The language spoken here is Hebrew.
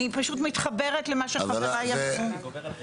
אני פשוט מתחברת למה שחבריי אמרו.